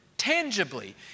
Tangibly